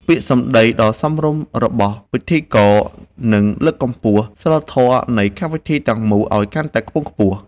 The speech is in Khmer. ពាក្យសម្ដីដ៏សមរម្យរបស់ពិធីករនឹងលើកកម្ពស់សីលធម៌នៃកម្មវិធីទាំងមូលឱ្យកាន់តែខ្ពង់ខ្ពស់។